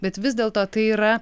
bet vis dėlto tai yra